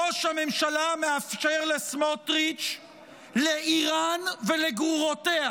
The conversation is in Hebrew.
ראש הממשלה מאפשר לסמוטריץ', לאיראן ולגרורותיה